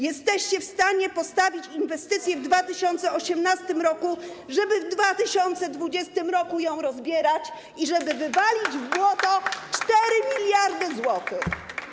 Jesteście w stanie postawić inwestycje w 2018 roku, żeby w 2020 r. ją rozbierać i żeby wywalić w błoto 4 mld zł!